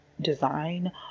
design